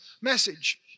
message